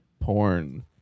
porn